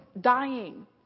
dying